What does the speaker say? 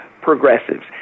progressives